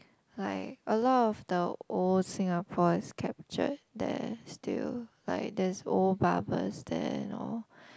like a lot of the old Singapore is captured there still like there's old barbers there and all